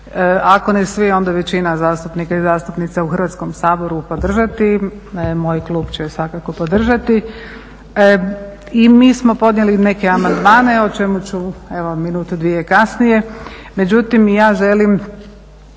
ako ne svi onda većina zastupnika i zastupnica u Hrvatskom saboru podržati, moj klub će svakako podržati. I mi smo podnijeli neke amandmane o čemu ću evo minutu dvije kasnije. Međutim i ja želim